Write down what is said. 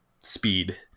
speed